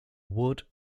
wood